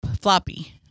floppy